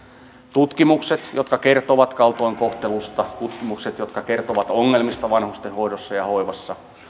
tutkimukset jotka kertovat kaltoinkohtelusta tutkimukset jotka kertovat ongelmista vanhustenhoidossa ja hoivassa